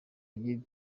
ry’iri